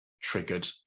triggered